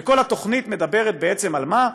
כל התוכנית מדברת בעצם, על מה?